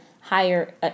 higher